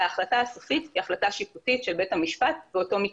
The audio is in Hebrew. וההחלטה הסופית היא החלטה שיפוטית של בית המשפט באותו מקרה.